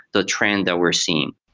the trend that we're seeing?